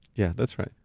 yeah, that's right.